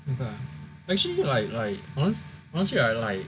actually like like honestly right like